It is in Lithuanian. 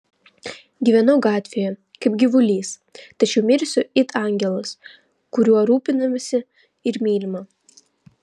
gyvenau gatvėje kaip gyvulys tačiau mirsiu it angelas kuriuo rūpinamasi ir mylima